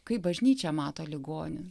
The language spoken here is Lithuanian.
kaip bažnyčia mato ligonį